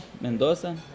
Mendoza